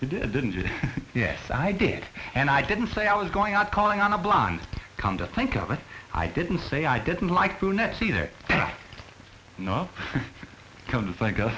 didn't you yes i did and i didn't say i was going out calling on a blonde come to think of it i didn't say i didn't like brunette either no come to think